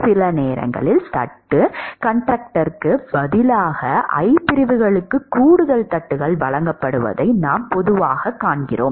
சில நேரங்களில் தட்டு கர்டருக்குப் பதிலாக I பிரிவுகளுக்கு கூடுதல் தட்டுகள் வழங்கப்படுவதை நாம் பொதுவாகக் காண்கிறோம்